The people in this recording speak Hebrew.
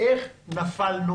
איך נפלנו